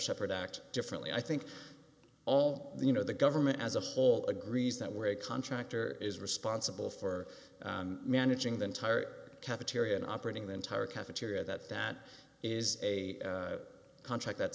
shepard act differently i think all the you know the government as a whole agrees that we're a contractor is responsible for managing the entire cafeteria and operating the entire cafeteria that that is a contract that